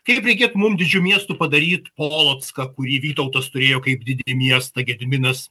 kaip reikėtų mum didžiu miestu padaryt polocką kurį vytautas turėjo kaip didį miestą gediminas